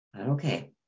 Okay